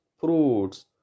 fruits